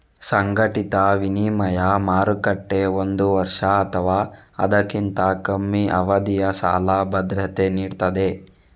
ಸಂಘಟಿತ ವಿನಿಮಯ ಮಾರುಕಟ್ಟೆ ಒಂದು ವರ್ಷ ಅಥವಾ ಅದಕ್ಕಿಂತ ಕಮ್ಮಿ ಅವಧಿಯ ಸಾಲ ಭದ್ರತೆ ನೀಡ್ತದೆ